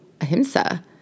ahimsa